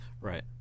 Right